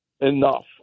enough